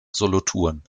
solothurn